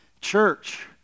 Church